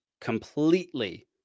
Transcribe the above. completely